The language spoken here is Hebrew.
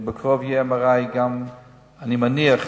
שבקרוב יהיה MRI, אני מניח,